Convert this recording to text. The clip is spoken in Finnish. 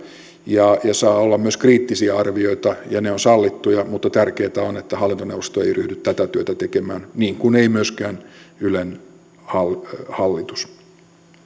ja saa olla myös kriittisiä arvioita ja ne ovat sallittuja mutta tärkeätä on että hallintoneuvosto ei ryhdy tätä työtä tekemään niin kuin ei myöskään ylen hallitus hallitus